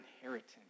inheritance